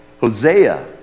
Hosea